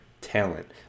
talent